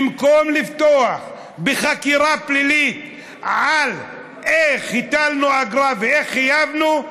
במקום לפתוח בחקירה פלילית על איך הטלנו אגרה ואיך חייבנו,